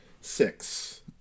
six